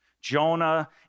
Jonah